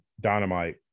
Dynamite